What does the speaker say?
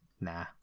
nah